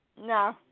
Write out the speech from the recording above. No